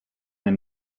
nel